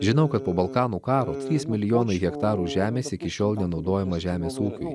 žinau kad po balkanų karo trys milijonai hektarų žemės iki šiol naudojama žemės ūkiui